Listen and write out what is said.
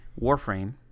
Warframe